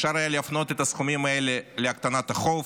אפשר היה להפנות את הסכומים האלה להקטנת החוב,